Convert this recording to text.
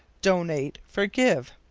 donate for give.